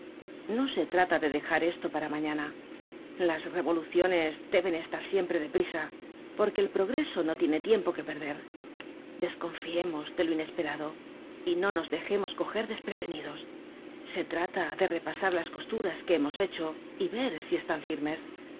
no se trata de dejar esto para mañana las revoluciones deben estar siempre de prisa porque el progreso no tiene tiempo que perder desconfiemos de lo inesperado y no nos dejemos coger desprevenidos se trata de repasar las costuras que hemos hecho y ver si están firmes